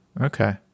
okay